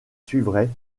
suivrait